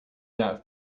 that